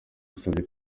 yasabye